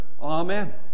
Amen